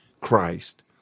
Christ